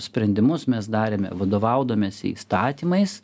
sprendimus mes darėme vadovaudamiesi įstatymais